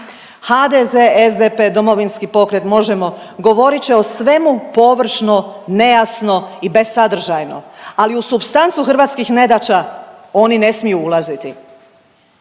HDZ, SDP, Domovinski pokret, MOŽEMO govorit će o svemu površno, nejasno i bez sadržajno. Ali u supstancu hrvatskih nedaća oni ne smiju ulaziti.